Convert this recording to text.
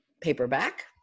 paperback